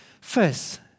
First